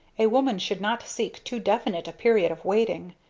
a woman should not seek too definite a period of waiting.